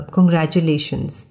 Congratulations